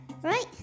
Right